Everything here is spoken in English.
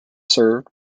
served